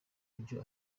ibyo